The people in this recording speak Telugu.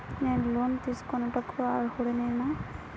నేను లోన్ తీసుకొనుటకు అర్హుడనేన?